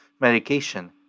Medication